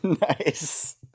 Nice